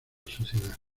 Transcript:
sociedad